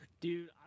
Dude